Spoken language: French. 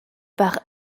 part